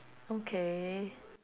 okay